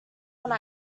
one